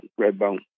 Redbone